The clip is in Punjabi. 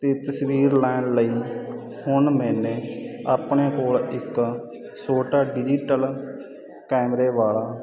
ਅਤੇ ਤਸਵੀਰ ਲੈਣ ਲਈ ਹੁਣ ਮੈਨੇ ਆਪਣੇ ਕੋਲ ਇੱਕ ਛੋਟਾ ਡਿਜੀਟਲ ਕੈਮਰੇ ਵਾਲਾ